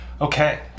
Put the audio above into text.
Okay